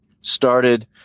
started